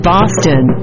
Boston